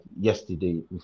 yesterday